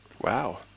Wow